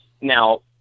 Now